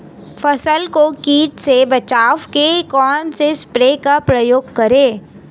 फसल को कीट से बचाव के कौनसे स्प्रे का प्रयोग करें?